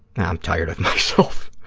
i'm tired of myself.